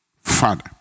Father